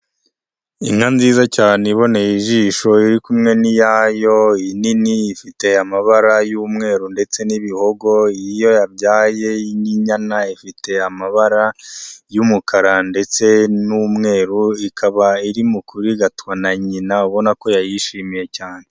Inka nziza cyane iboneye ijisho, iri kumwe n'iyayo, inini ifite amabara y'umweru ndetse n'ibihogo, iyo yabyaye ni inyana ifite amabara y'umukara ndetse n'umweru ikaba irimo kurigatwa na nyina ubona ko yayishimiye cyane.